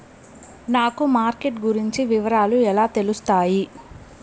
నాకు మార్కెట్ గురించి వివరాలు ఎలా తెలుస్తాయి?